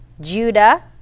judah